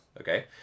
Okay